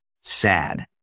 sad